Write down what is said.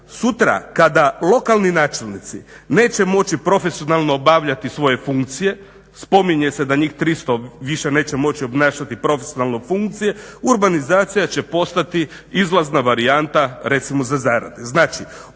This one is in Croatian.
Sutra kada lokalni načelnici neće moći profesionalno obavljati svoje funkcije, spominje se da njih 300 više neće moći obnašati profesionalnu funkcije, urbanizacija će postati izlazna varijanta recimo za zarade. Znači,